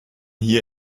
hier